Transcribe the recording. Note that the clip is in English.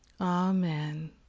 Amen